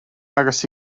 agos